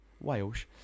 Wales